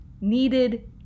needed